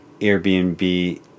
Airbnb